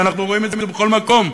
ואנחנו רואים את זה בכל מקום.